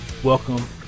welcome